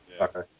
okay